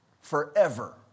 forever